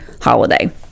holiday